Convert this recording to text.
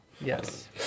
yes